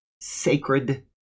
sacred